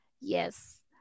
yes